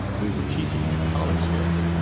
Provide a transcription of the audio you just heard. we were teaching in a college there.